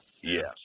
Yes